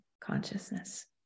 consciousness